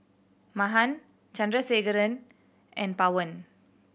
Mahan Chandrasekaran and Pawan